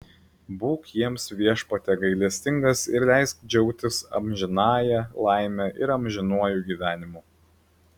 būk jiems viešpatie gailestingas ir leisk džiaugtis amžinąja laime ir amžinuoju gyvenimu